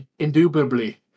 indubitably